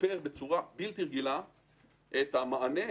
שיפרו בצורה בלתי רגילה את המענה,